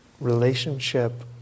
relationship